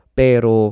pero